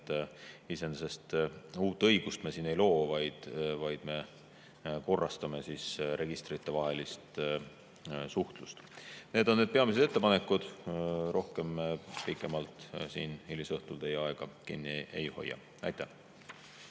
et iseenesest uut õigust me siin ei loo, vaid me korrastame registritevahelist suhtlust. Need on peamised ettepanekud. Rohkem, pikemalt siin hilisõhtul ma teie aega kinni ei hoia. Aitäh!